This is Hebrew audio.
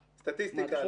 סטטיסטיקה,